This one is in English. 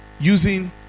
Using